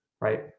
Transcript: right